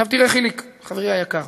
תראה, חיליק, חברי היקר: